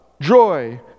joy